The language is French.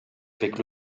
avec